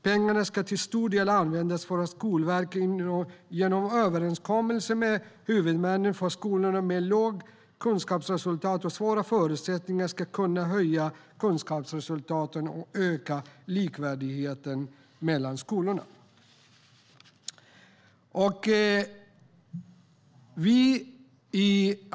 Pengarna ska till stor del användas för att Skolverket, genom överenskommelse med huvudmännen för skolor med låga kunskapsresultat och svåra förutsättningar, ska kunna höja kunskapsresultaten och öka likvärdigheten mellan skolorna.